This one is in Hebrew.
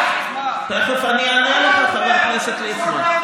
תכף אני אענה לך, חבר הכנסת ליצמן.